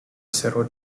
cerro